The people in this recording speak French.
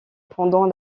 pendant